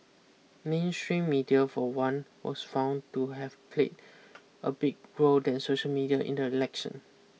mainstream media for one was found to have played a big role than social media in the election